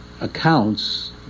accounts